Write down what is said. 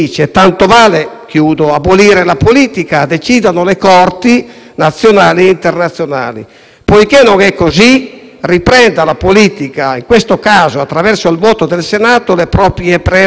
Poiché non è così, riprenda la politica - in questo caso attraverso il voto del Senato - le proprie prerogative a favore di un modo di operare che tuteli i cittadini, tuteli gli italiani.